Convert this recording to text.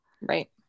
Right